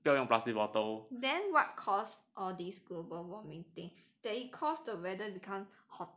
then what cause all this global warming thing that it caused the weather become hotter and hotter